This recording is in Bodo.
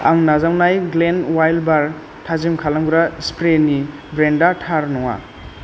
आं नाजावनाय ग्लेन्ड वाइल्ड बार थाजिम खालामग्रा स्प्रेनि ब्रेन्डआ थार नङा